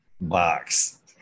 box